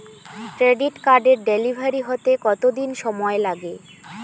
Credit কার্ডের delivery হতে কতদিন সময় লাগে?